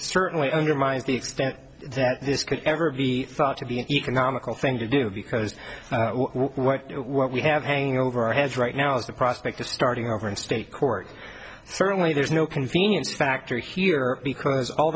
certainly undermines the extent that this could ever be thought to be an economical thing to do because what we have hanging over our heads right now is the prospect of starting over in state court certainly there's no convenience factor here because all